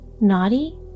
Naughty